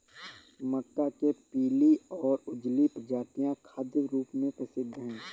मक्का के पीली और उजली प्रजातियां खाद्य रूप में प्रसिद्ध हैं